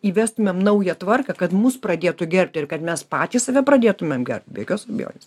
įvestumėm naują tvarką kad mus pradėtų gerbti ir kad mes patys save pradėtumėm gerbt be jokios abejonės